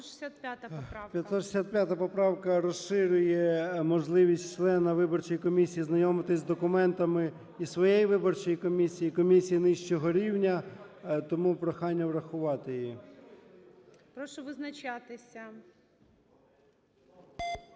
565 поправка розширює можливість члена виборчої комісії знайомитись з документами і своєї виборчої комісії, і комісії нижчого рівня. Тому прохання врахувати її. ГОЛОВУЮЧИЙ. Прошу визначатися.